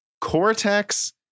Cortex